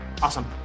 Awesome